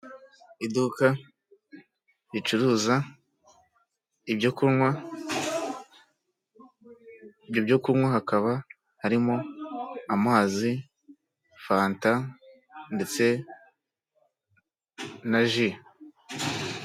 Iduka ricuruza ibyo kunywa, ibyo byo kunywa hakaba harimo amazi, fanta ndetse na ji.